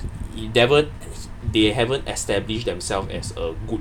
they haven't established themselves as a good